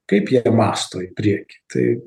kaip jie mąsto į priekį tai